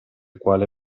quale